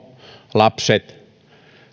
lapset